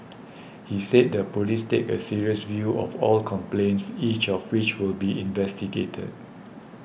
he said the police take a serious view of all complaints each of which will be investigated